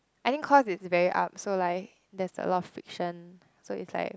I think cause it's very up so like there's a lot of friction so it's like